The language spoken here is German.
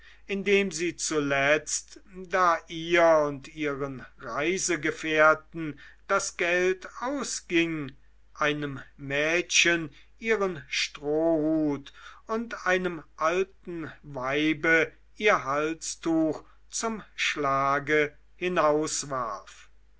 indem sie zuletzt da ihr und ihren reisegefährten das